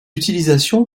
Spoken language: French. utilisation